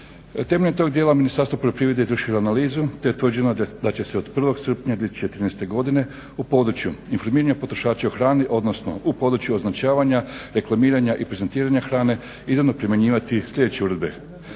Temeljem tog dijela Ministarstvo poljoprivrede izvršilo je analizu te je utvrđeno da će se od 1. srpnja 2013. godine u području informiranja potrošača o hrani, odnosno u području označavanja, reklamiranja i prezentiranja hrane izravno primjenjivati sljedeće uredbe: